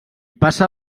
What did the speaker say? passa